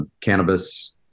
cannabis